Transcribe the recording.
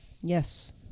Yes